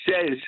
says